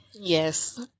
Yes